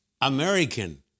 American